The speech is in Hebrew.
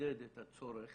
מחדד את הצורך